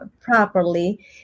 properly